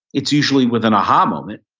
it's usually with an aha moment.